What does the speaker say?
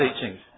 teachings